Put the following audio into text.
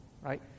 right